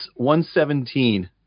117